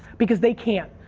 because they can't.